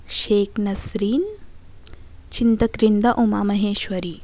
Sheikh Nasreen Chintakrinda Umamaheswari